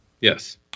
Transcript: Yes